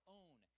own